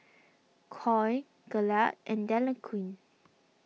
Koi Glade and Dequadin